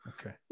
Okay